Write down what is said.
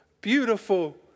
beautiful